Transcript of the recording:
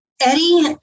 Eddie